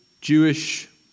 Jewish